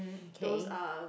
those are